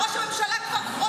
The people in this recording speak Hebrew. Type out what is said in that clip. ראש השב"כ אישר.